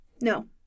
no